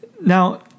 now